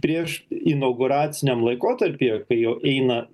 prieš inauguraciniam laikotarpyje kai jo eina